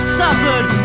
suffered